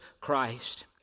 Christ